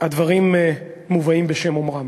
הדברים מובאים בשם אומרם.